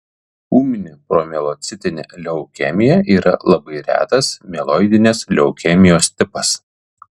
ūminė promielocitinė leukemija yra labai retas mieloidinės leukemijos tipas